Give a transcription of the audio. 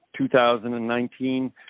2019